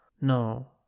No